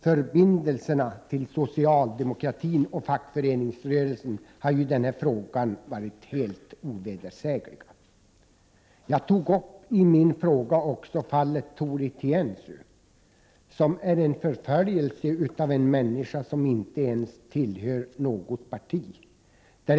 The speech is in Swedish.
Förbindelserna med socialdemokratin och fackföreningsrörelsen har i denna fråga varit helt ovedersägliga. Jag tog i min fråga även upp fallet Tore Tiensuu. Detta fall handlar om en förföljelse av en människa som inte ens tillhör något parti.